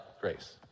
grace